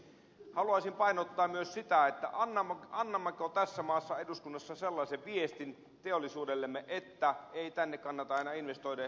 haluaisin painottaa myös sitä annammeko tässä maassa eduskunnassa sellaisen viestin teollisuudellemme että ei tänne kannata enää investoida